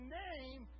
name